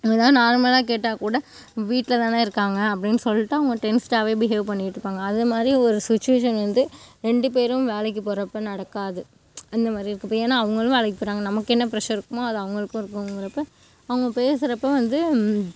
என்ன தான் நார்மலாக கேட்டாக்கூட வீட்டில் தானே இருக்காங்க அப்படின் சொல்லிட்டு அவங்க டென்ஸ்டாகவே பிஹேவ் பண்ணிட்டுருப்பாங்க அது மாதிரி ஒரு சுச்வேஷன் வந்து ரெண்டு பேரும் வேலைக்கு போறப்போ நடக்காது அந்த மாதிரி இருக்கப்போ ஏன்னா அவங்களும் வேலைக் போறாங்க நம்மக்கென்ன ப்ரெஷர் இருக்குமோ அது அவங்களுக்கும் இருக்குங்கிறப்போ அவங்க பேசுறப்போ வந்து